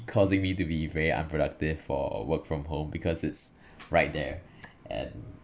causing me to be very unproductive for work from home because it's right there and